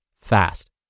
fast